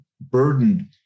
burdened